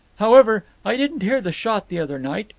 however, i didn't hear the shot the other night,